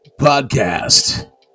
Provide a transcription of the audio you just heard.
podcast